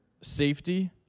safety